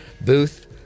booth